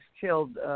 killed